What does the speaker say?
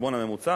החשבון הממוצע,